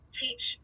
teach